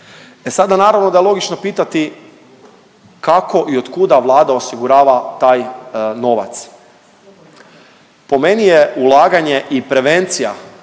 sada naravno da je logično pitati, kako i otkuda Vlada osigurava taj novac? Po meni je ulaganje i prevencija